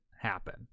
happen